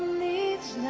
needs